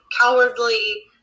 cowardly